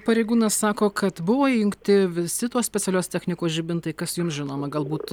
pareigūnas sako kad buvo įjungti visi tos specialios technikos žibintai kas jums žinoma galbūt